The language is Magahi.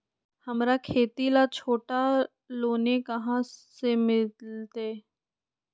हमरा खेती ला छोटा लोने कहाँ से मिलतै?